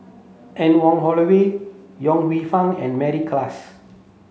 Anne Wong Holloway Yong Lew Foong and Mary Klass